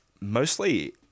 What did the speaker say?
Mostly